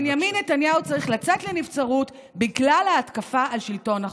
בנימין נתניהו צריך לצאת לנבצרות בגלל ההתקפה על שלטון החוק.